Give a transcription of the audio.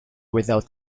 without